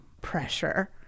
pressure